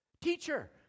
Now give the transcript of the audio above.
Teacher